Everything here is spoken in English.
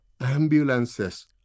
ambulances